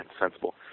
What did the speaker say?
sensible